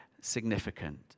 significant